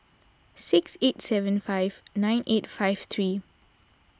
six eight seven five nine eight five three